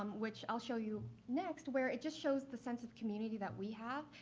um which i'll show you next where it just shows the sense of community that we have.